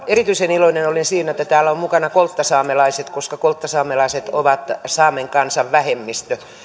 erityisen iloinen olen siitä että täällä on mukana kolttasaamelaiset koska kolttasaamelaiset ovat saamen kansan vähemmistö